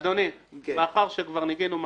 אדוני, מאחר שכבר ניקינו מהשולחן,